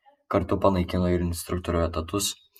kartu panaikino ir instruktorių etatus